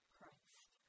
Christ